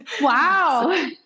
wow